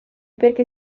perché